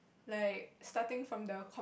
like starting from the com~